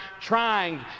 trying